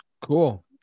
cool